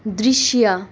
दृश्य